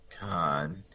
God